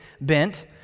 bent